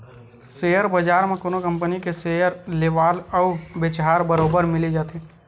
share बजार म कोनो कंपनी के सेयर लेवाल अउ बेचहार बरोबर मिली जाथे